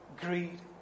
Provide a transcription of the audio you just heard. Greed